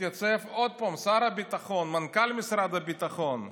מתייצב עוד פעם שר הביטחון, מנכ"ל משרד הביטחון,